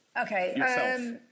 Okay